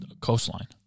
coastline